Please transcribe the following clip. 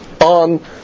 on